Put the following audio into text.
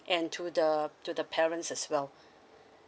and to the to the parents as well